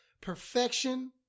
perfection